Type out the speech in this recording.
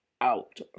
out